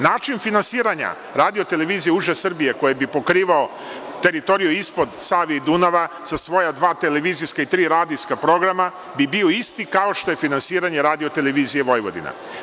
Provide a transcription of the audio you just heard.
Način finansiranja radio televizije uže Srbije koji bi pokrivao teritoriju ispod Save i Dunava sa svoja dva televizijska i tri radijska programa bi bio isti kao što je finansiranje Radio televizija Vojvodina.